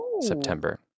September